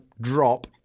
drop